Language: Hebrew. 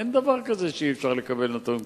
אין דבר כזה שאי-אפשר לקבל נתון כזה.